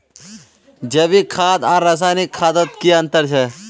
जैविक खाद आर रासायनिक खादोत की अंतर छे?